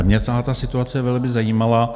Mě celá ta situace velmi zajímala.